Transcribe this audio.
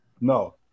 No